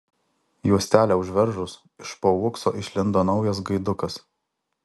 juostelę užveržus iš po uokso išlindo naujas gaidukas